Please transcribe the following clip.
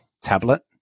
Tablet